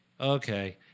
okay